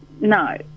No